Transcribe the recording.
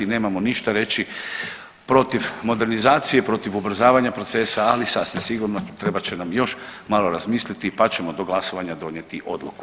Nemamo ništa reći protiv modernizacije, protiv ubrzavanja procesa ali sasvim sigurno trebat će nam još malo razmisliti pa ćemo do glasovanja donijeti odluku.